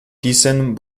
thyssen